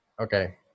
okay